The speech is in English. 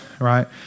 right